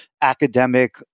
academic